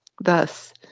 Thus